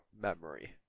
memory